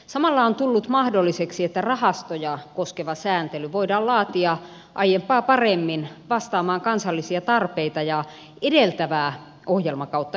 samalla on tullut mahdolliseksi että rahastoja koskeva sääntely voidaan laatia aiempaa paremmin vastaamaan kansallisia tarpeita ja edeltävää ohjelmakautta yksinkertaisemmaksi